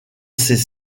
ces